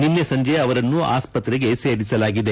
ನಿನ್ನೆ ಸಂಜೆ ಅವರನ್ನು ಆಸ್ಪತ್ರೆಗೆ ಸೇರಿಸಲಾಗಿದೆ